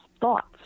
thoughts